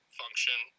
function